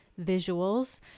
visuals